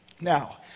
Now